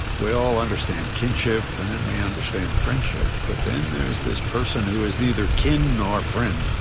we all understand kinship and then we understand friendship, but then there's this person who is neither kin nor friend,